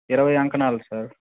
ఇరవై అంకణాలు సార్